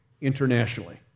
internationally